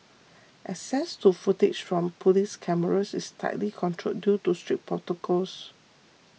access to footage from police cameras is tightly controlled due to strict protocols